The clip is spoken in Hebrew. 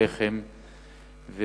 שיח'ים,